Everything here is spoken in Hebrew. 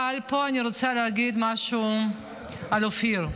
אבל פה אני רוצה להגיד משהו על אופיר.